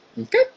Okay